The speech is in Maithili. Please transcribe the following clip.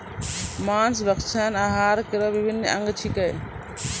मांस भक्षण आहार केरो अभिन्न अंग छिकै